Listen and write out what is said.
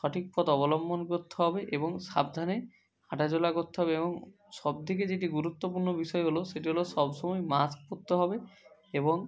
সঠিক পথ অবলম্বন করতে হবে এবং সাবধানে হাঁটা চলা করতে হবে এবং সব থেকে যেটি গুরুত্বপূর্ণ বিষয় হলো সেটি হলো সব সময় মাস্ক পরতে হবে এবং